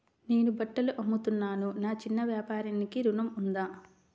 నేను బట్టలు అమ్ముతున్నాను, నా చిన్న వ్యాపారానికి ఋణం ఉందా?